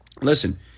listen